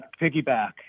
piggyback